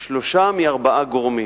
שלושה מארבעה גורמים: